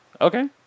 Okay